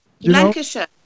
Lancashire